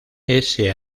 ese